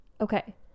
okay